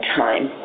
time